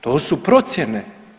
To su procjene.